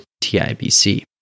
TIBC